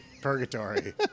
purgatory